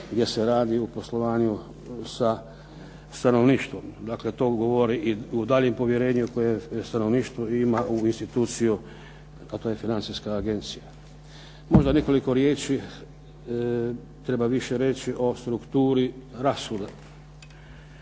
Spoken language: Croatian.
gdje se radi u poslovanju sa stanovništvom. Dakle, to govori i u daljnje povjerenje koje stanovništvo ima u instituciju, a to je Financijska agencija. Možda nekoliko riječi treba više reći o strukturi rashoda.